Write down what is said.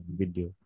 video